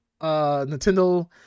Nintendo